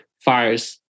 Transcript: fires